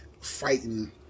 fighting